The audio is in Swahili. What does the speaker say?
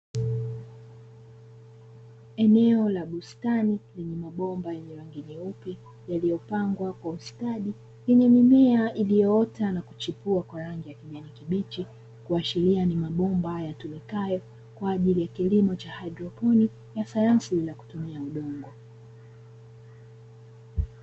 Eneo la bustani yenye migomba ya rangi nyeusi yaliyopangwa kwa ustadi, yenye mimea iliyoota na kuchipua ya rangi ya kijani kibichi, kuashiria ni mabomba yatumikayo kwa ajili ya kilimo cha haidroponi na sayansi bila kutumia udongo.